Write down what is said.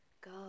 go